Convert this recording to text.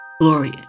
glory